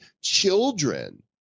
children